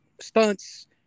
stunts